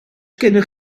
gennych